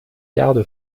garde